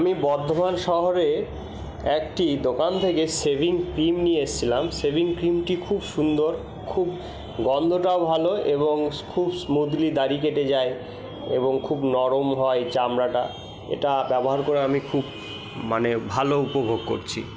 আমি বর্ধমান শহরে একটি দোকান থেকে শেভিং ক্রিম নিয়ে এসেছিলাম শেভিং ক্রিমটি খুব সুন্দর খুব গন্ধটাও ভালো এবং খুব স্মুদলি দাড়ি কেটে যায় এবং খুব নরম হয় চামড়াটা এটা ব্যবহার করে আমি খুব মানে ভালো উপভোগ করছি